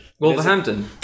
Wolverhampton